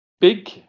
big